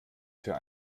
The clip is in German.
für